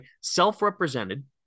self-represented